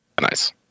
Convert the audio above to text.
Nice